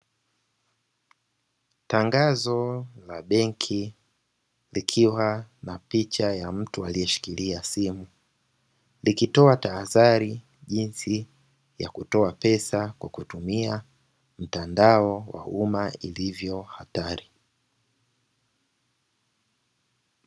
Tangazo la benki likiwa na picha ya mtu aliyeshikilia simu. Likitoa tahadhari jinsi ya kutoa pesa kwa kutumia mtandao wa umma ilivyo hatari.